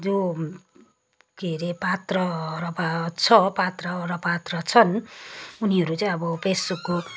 जो के अरे पात्र छ र पात्र र पात्रा छन् उनीहरू चाहिँ अब पेशोकको